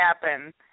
happen